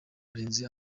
ari